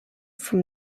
from